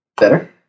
Better